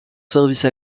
service